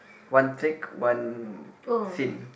one thick one thin